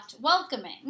welcoming